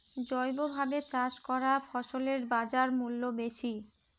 জৈবভাবে চাষ করা ফসলের বাজারমূল্য বেশি